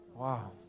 Wow